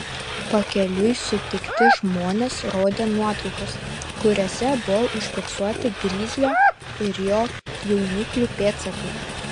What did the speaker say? pakeliui sutikti žmonės rodė nuotraukas kuriose buvo užfiksuoti grizlio ir jo jauniklių pėdsakai